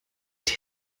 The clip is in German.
der